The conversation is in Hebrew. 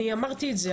אני אמרתי את זה,